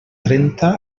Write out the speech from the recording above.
trenta